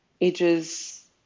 ages